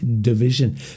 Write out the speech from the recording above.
division